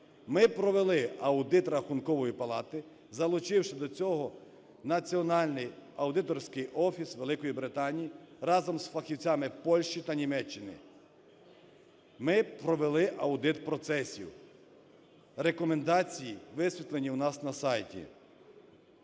Ми провели аудит Рахункової палати, залучивши до цього Національний аудиторський офіс Великої Британії разом з фахівцями Польщі та Німеччини. Ми провели аудит процесів. Рекомендації висвітлені у нас на сайті.